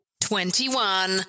Twenty-one